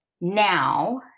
now